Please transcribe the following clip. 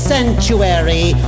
Sanctuary